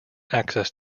access